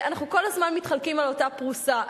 אנחנו כל הזמן מתחלקים על אותה פרוסה.